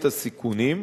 את הסיכונים.